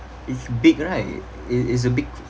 it's big right it it's a big